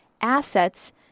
assets